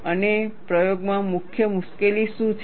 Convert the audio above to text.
અને પ્રયોગમાં મુખ્ય મુશ્કેલી શું છે